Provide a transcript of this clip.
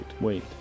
Wait